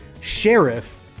Sheriff